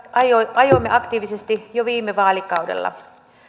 ajoimme aktiivisesti jo viime vaalikaudella